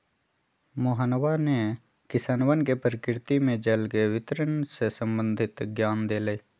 मोहनवा ने किसनवन के प्रकृति में जल के वितरण से संबंधित ज्ञान देलय